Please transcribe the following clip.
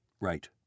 Right